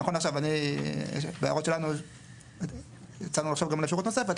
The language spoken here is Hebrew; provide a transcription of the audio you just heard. נכון לעכשיו בהערות שלנו יצא לנו לחשוב גם על אפשרות נוספת,